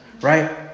Right